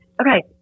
Okay